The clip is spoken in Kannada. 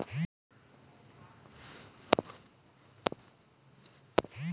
ನೇರಳೆ ಗೆಣಸು ಇದು ಸಮಶೀತೋಷ್ಣ ಮತ್ತು ಉಷ್ಣವಲಯಗಳಲ್ಲಿ ಸೊಂಪಾಗಿ ಬೆಳೆಯುತ್ತದೆ